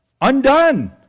undone